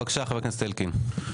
בבקשה, חבר הכנסת אלקין.